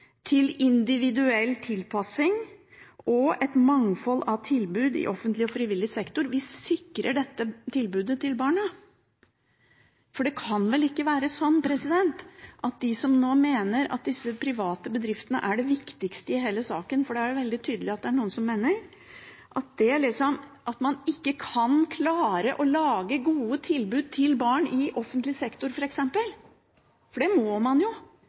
til individuell tilpassing og et mangfold av tilbud i offentlig og frivillig sektor, at vi sikrer dette tilbudet til barna. For det kan vel ikke være slik at de som nå mener at disse private bedriftene er det viktigste i hele saken – for det er veldig tydelig at noen mener det – mener at man ikke kan klare å lage gode tilbud til barn i f.eks. offentlig sektor, for det må man jo